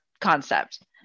concept